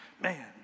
man